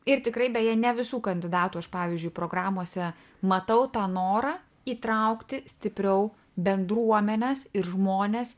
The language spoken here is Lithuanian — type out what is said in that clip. ir tikrai beje ne visų kandidatų aš pavyzdžiui programose matau tą norą įtraukti stipriau bendruomenes ir žmones